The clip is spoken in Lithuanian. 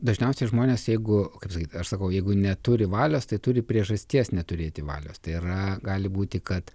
dažniausiai žmonės jeigu kaip sakyt aš sakau jeigu neturi valios tai turi priežasties neturėti valios tai yra gali būti kad